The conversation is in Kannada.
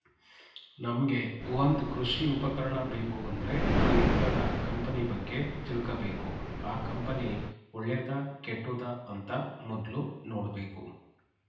ನಮ್ಗೆ ಒಂದ್ ಕೃಷಿ ಉಪಕರಣ ಬೇಕು ಅಂದ್ರೆ ಆ ಯಂತ್ರದ ಕಂಪನಿ ಬಗ್ಗೆ ತಿಳ್ಕಬೇಕು ಆ ಕಂಪನಿ ಒಳ್ಳೆದಾ ಕೆಟ್ಟುದ ಅಂತ ಮೊದ್ಲು ನೋಡ್ಬೇಕು